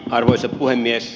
arvoisa puhemies